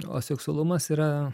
o seksualumas yra